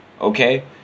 okay